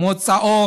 מוצאו